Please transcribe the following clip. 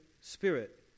spirit